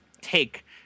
take